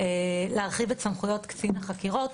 להרחיב את סמכויות קצין החקירות,